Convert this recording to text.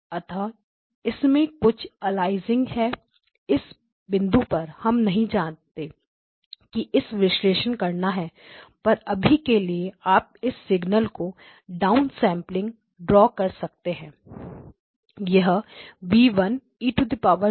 अतः इसमें कुछ अलियासिंग है इस बिंदु पर हम नहीं जानते कि इसका विश्लेषण करना है पर अभी के लिए आप इस सिग्नल को डाउन सैंपल ड्रा कर सकते हैं